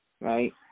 Right